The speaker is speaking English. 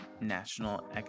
national